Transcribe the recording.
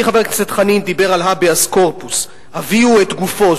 חברי חבר הכנסת חנין דיבר על "הביאס קורפוס" הביאו את גופו,